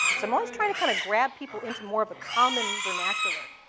so i'm always trying to kind of grab people into more of a common vernacular.